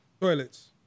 toilets